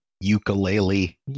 Ukulele